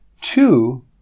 two